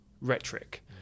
rhetoric